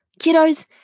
Kiddos